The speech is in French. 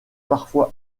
parfois